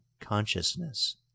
consciousness